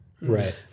right